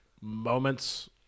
moments